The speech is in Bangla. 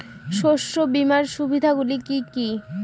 শস্য বিমার সুবিধাগুলি কি কি?